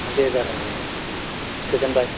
दे जागोन दे दे गोजोनबाय